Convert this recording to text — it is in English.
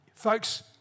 Folks